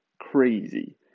Crazy